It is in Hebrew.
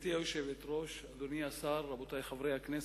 גברתי היושבת-ראש, אדוני השר, רבותי חברי הכנסת,